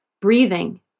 breathing